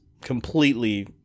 completely